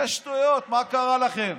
זה שטויות, מה קרה לכם.